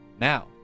Now